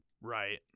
Right